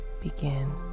begin